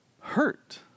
hurt